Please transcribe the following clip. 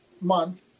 month